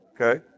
okay